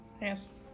Yes